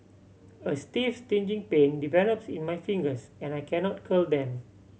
a stiff stinging pain develops in my fingers and I cannot curl them